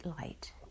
light